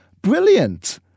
brilliant